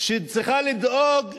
שצריכה לדאוג לקשי-היום.